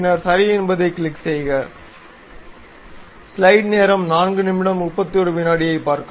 பின்னர் சரி என்பதைக் கிளிக் செய்க